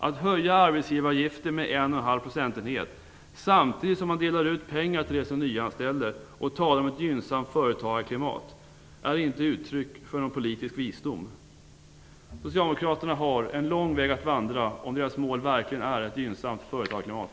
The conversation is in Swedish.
Att höja arbetsgivaravgiften med 1,5 procentenhet samtidigt som man delar ut pengar till dem som nyanställer och talar om ett gynnsamt företagarklimat är inte uttryck för någon politisk visdom. Socialdemokraterna har en lång väg att vandra om deras mål verkligen är ett gynnsamt företagarklimat.